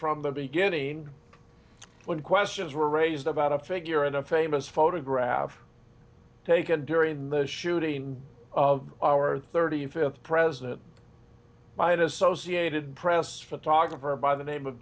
from the beginning when questions were raised about a figure and a famous photograph taken during the shooting of our thirty fifth president by an associated press photographer by the name of